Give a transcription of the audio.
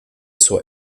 suo